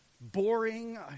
boring